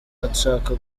ushaka